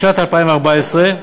בשנת 2014,